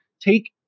take